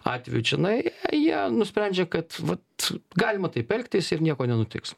atvejų čionai ai jie nusprendžia kad vat galima taip elgtis ir nieko nenutiks